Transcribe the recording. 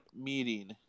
meeting